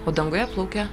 o danguje plaukia